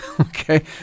Okay